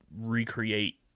recreate